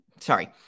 Sorry